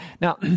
Now